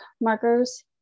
markers